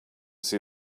see